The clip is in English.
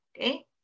okay